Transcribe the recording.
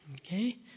Okay